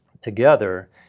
together